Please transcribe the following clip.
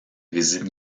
visites